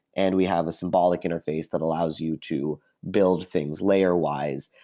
and we have a symbolic interface that allows you to build things layer-wise,